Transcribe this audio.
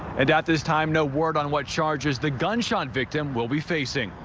and at this time, no word on what charges the gunshot victim will be facing.